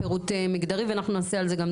פירוט מגדרי ונעשה על זה גם.